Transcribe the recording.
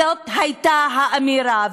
זאת הייתה האמירה.